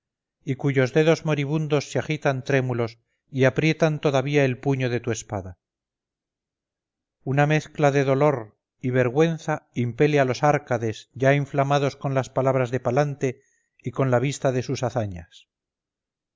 y cuyos dedos moribundos se agitan trémulos y aprietan todavía el puño de tu espada una mezcla de dolor y vergüenza impele a los árcades ya inflamados con las palabras de palante y con la vista de sus hazañas